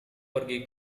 pergi